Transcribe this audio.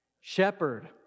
shepherd